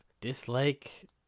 dislike